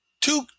two